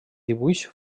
dibuix